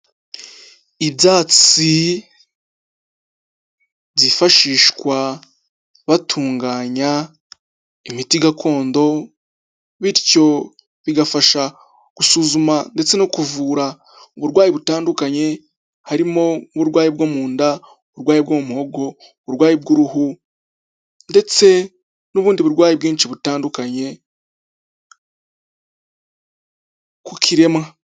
Ibyatsi, byifashishwa, batunganya, imiti gakondo, bityo bigafasha gusuzuma ndetse no kuvura uburwayi butandukanye harimo uburwayi bwo mu nda, uburwayi bwo mu muhogo, uburwayi bw'uruhu ndetse n'ubundi burwayi bwinshi butandukanye, ku kiremwa.